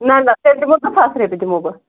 نہَ نہَ تیٚلہِ دِمہو زٕ ساس رۄپیہِ دِمہو بہٕ